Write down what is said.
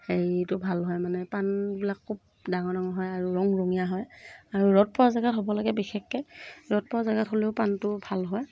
হেৰিটো ভাল হয় মানে পাণবিলাক খুব ডাঙৰ ডাঙৰ হয় আৰু ৰং ৰঙীয়া হয় আৰু ৰ'দ পোৱা জেগা হ'ব লাগে বিশেষকৈ ৰ'দ পোৱা জেগাত হ'লেও পাণটো ভাল হয়